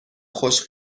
خوش